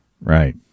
Right